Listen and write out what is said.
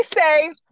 say